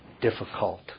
difficult